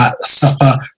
suffer